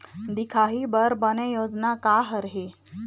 दिखाही बर बने योजना का हर हे?